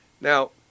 Now